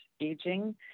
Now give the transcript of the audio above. aging